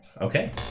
Okay